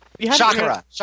Chakra